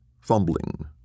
fumbling